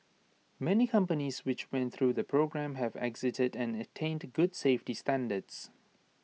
many companies which went through the programme have exited and attained good safety standards